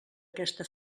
aquesta